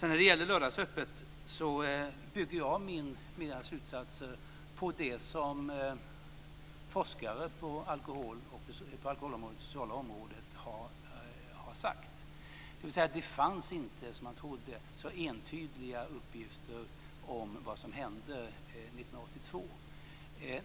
När det sedan gäller lördagsöppet bygger jag mina slutsatser på det som forskare på alkoholområdet och det sociala området har sagt. Det fanns inte, som man trodde, så entydiga uppgifter om vad som hände 1982.